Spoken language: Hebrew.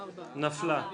4 נמנעים,